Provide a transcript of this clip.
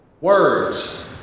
Words